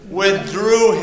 withdrew